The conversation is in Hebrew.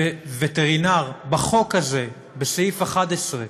וטרינר, בחוק הזה, בסעיף 11,